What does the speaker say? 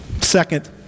Second